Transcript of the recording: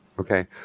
okay